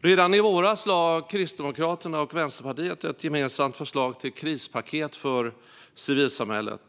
Redan i våras lade Kristdemokraterna och Vänsterpartiet fram ett gemensamt förslag till krispaket för civilsamhället.